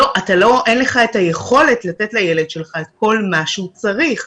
שאין לך את היכולת לתת לילד שלך את כל מה שהוא צריך.